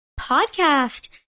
Podcast